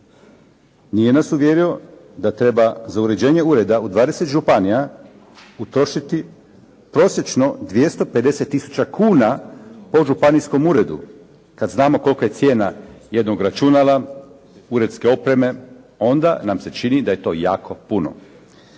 Nije nas uvjerio da treba za uređenje ureda u 20 županija utrošiti prosječno 250 tisuća kuna po županijskom uredu kad znamo kolika je cijena jednog računala, uredske opreme onda nam se čini da je to jako puno.